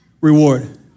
reward